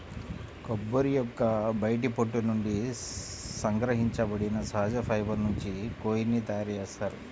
కొబ్బరి యొక్క బయటి పొట్టు నుండి సంగ్రహించబడిన సహజ ఫైబర్ నుంచి కోయిర్ ని తయారు చేస్తారు